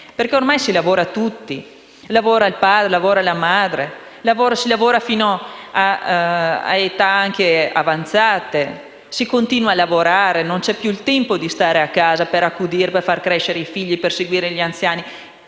perché ormai si lavora tutti: lavora il padre e lavora la madre, si lavora fino ad età avanzate, si continua a lavorare e non c'è più il tempo di stare a casa per accudire e per far crescere i figli, per seguire gli anziani